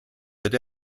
wird